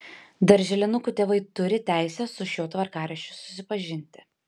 darželinukų tėvai turi teisę su šiuo tvarkaraščiu susipažinti